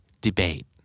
Debate